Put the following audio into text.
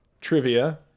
trivia